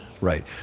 Right